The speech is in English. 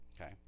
Okay